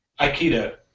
Aikido